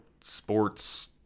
sports